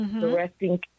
directing